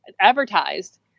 advertised